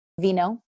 vino